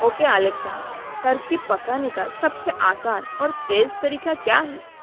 okay Alexa turkey पकाने का सबसे आसान और तेज़ तरीका क्या है